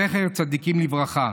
זכר צדיקים לברכה.